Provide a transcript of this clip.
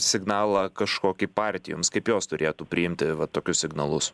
signalą kažkokį partijoms kaip jos turėtų priimti va tokius signalus